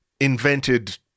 invented